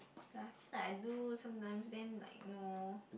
like actually I do sometimes then like no